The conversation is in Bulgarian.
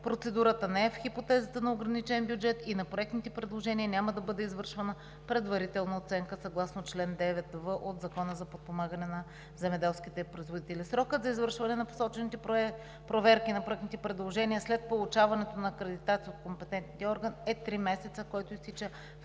Процедурата не е в хипотезата на ограничен бюджет и на проектните предложения няма да бъде извършвана предварителна оценка съгласно чл. 9в от Закона за подпомагане на земеделските производители. Срокът за извършване на посочените проверки на проектните предложения – след получаването на акредитация от компетентните органи, е три месеца, който изтича в